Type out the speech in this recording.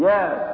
Yes